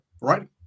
right